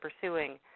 pursuing